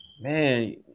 man